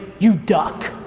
you duck.